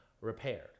repaired